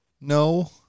No